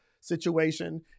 situation